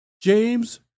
James